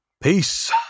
Peace